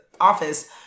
office